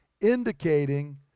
indicating